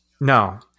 No